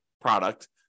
product